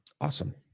Awesome